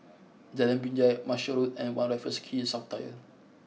Jalan Binjai Marshall Road and One Raffles Quay South Tower